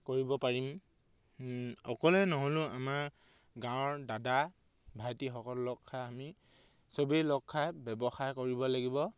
কৰিব পাৰিম অকলে নহ'লেও আমাৰ গাঁৱৰ দাদা ভাইটিসকল লগখাই আমি চবেই লগখাই ব্যৱসায় কৰিব লাগিব